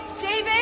David